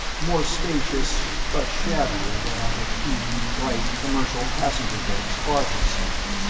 more spacious, but shabbier than on the clean, bright, commercial passenger decks bart had seen.